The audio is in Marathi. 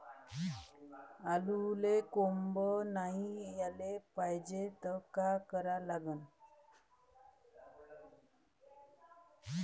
आलूले कोंब नाई याले पायजे त का करा लागन?